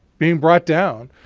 being brought down.